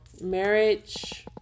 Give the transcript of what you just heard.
marriage